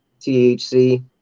THC